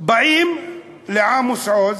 באים לעמוס עוז,